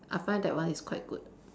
I find that one is quite good